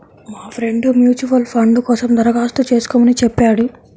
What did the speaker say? నా friend mutual fund కోసం దరఖాస్తు చేస్కోమని చెప్పాడు